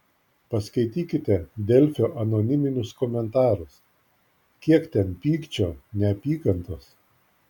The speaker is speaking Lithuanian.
paskaitykite delfio anoniminius komentarus kiek ten pykčio neapykantos